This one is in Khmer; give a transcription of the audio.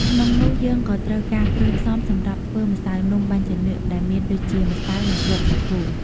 ក្នុងនោះយើងក៏ត្រូវការគ្រឿងផ្សំសម្រាប់ធ្វើម្សៅនំបាញ់ចានឿក ដែលមានដូចជា ម្សៅ និង គ្រាប់សាគូ។